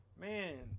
man